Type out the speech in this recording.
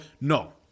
No